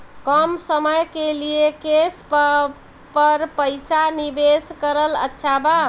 कम समय के लिए केस पर पईसा निवेश करल अच्छा बा?